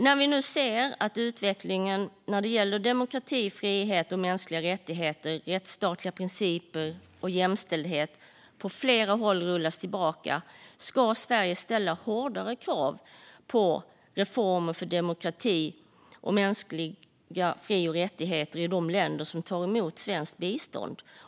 När vi nu ser att utvecklingen när det gäller demokrati, frihet, mänskliga rättigheter, rättsstatliga principer och jämställdhet på flera håll rullas tillbaka ska Sverige ställa hårdare krav på reformer för demokrati och mänskliga fri och rättigheter i de länder som tar emot svenskt bistånd.